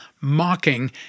mocking